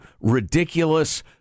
ridiculous